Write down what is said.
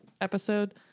episode